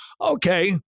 Okay